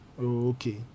Okay